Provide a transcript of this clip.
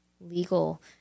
legal